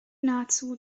nahezu